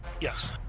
Yes